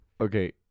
Okay